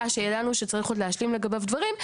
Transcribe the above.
שידענו שצריך עוד להשלים לגביו דברים,